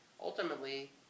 ultimately